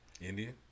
Indian